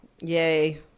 yay